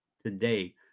today